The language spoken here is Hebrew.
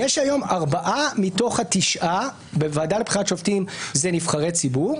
היום ארבעה מתוך התשעה בוועדה לבחירת שופטים הם נבחרי ציבור,